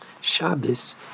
Shabbos